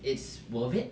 it's worth it